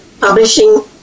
publishing